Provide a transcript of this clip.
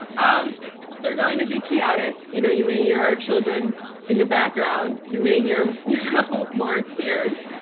um they're going to be chaotic. you know you may hear our children in the background. you may hear you know more tears.